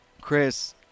Chris